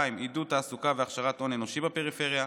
עידוד תעסוקה והכשרת הון אנושי בפריפריה,